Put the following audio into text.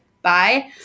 bye